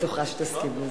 שתסכים לזה.